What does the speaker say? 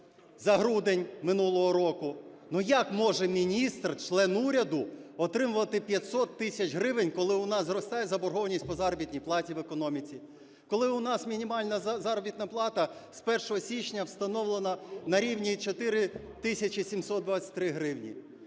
за грудень минулого року. Як може міністр - член уряду отримувати 500 тисяч гривень, коли у нас зростає заборгованість по заробітній платі в економіці, коли у нас мінімальна заробітна плата з 1 січня встановлена на рівні 4723 гривні?